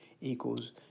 equals